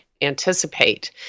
anticipate